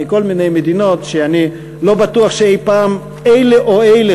ומכל מיני מדינות שאני לא בטוח שאי פעם אלה או אלה